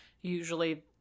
usually